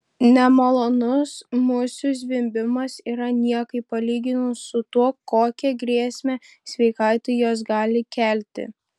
nemalonus musių zvimbimas yra niekai palyginus su tuo kokią grėsmę sveikatai jos gali kelti